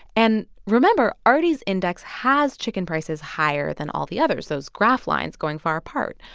and, remember, arty's index has chicken prices higher than all the others, those graph lines going far apart.